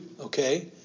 okay